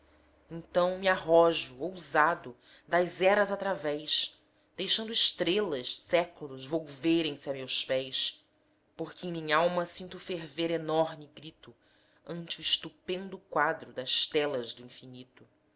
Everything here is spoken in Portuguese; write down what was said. então me arrojo ousado das eras através deixando estrelas séculos volverem se a meus pés porque em minh'alma sinto ferver enorme grito ante o estupendo quadro das telas do infinito